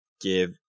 give